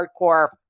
hardcore